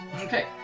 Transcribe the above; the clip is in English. Okay